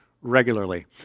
regularly